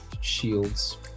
shields